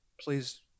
please